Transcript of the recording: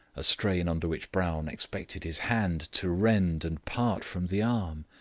a strain under which brown expected his hand to rend and part from the arm.